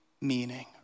meaning